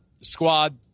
squad